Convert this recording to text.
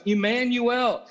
Emmanuel